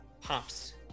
pops